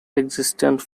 existence